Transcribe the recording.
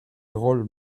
roll